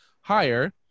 Higher